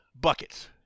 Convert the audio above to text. buckets